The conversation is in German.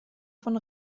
von